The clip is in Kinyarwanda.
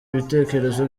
ibitekerezo